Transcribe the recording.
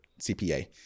cpa